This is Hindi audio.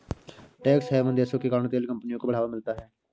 टैक्स हैवन देशों के कारण तेल कंपनियों को बढ़ावा मिलता है